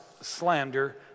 slander